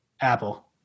Apple